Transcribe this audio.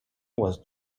was